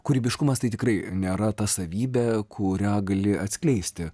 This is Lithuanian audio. kūrybiškumas tai tikrai nėra ta savybė kurią gali atskleisti